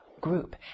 group